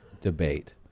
debate